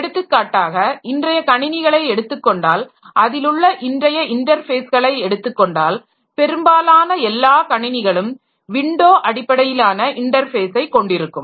எடுத்துக்காட்டாக இன்றைய கணினிகளை எடுத்துக்கொண்டால் அதிலுள்ள இன்றைய இன்டர்ஃபேஸ்களை எடுத்துக் கொண்டால் பெரும்பாலான எல்லா கணினிகளும் விண்டோ அடிப்படையிலான இன்டர்ஃபேஸை கொண்டிருக்கும்